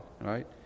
right